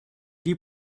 die